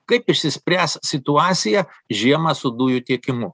kaip išsispręs situacija žiemą su dujų tiekimu